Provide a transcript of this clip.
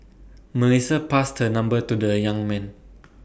Melissa passed her number to the young man